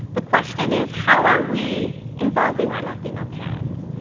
the question is how are we involving our latino parents?